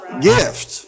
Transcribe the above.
gift